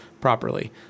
properly